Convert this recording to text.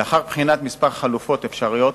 לאחר בחינת כמה חלופות אפשריות